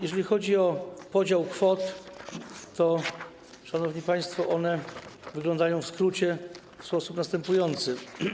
Jeżeli chodzi o podział kwot, szanowni państwo, to one wyglądają w skrócie w sposób następujący.